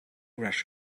rush